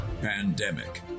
Pandemic